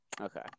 Okay